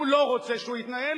הוא לא רוצה שהוא יתנהל,